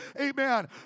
Amen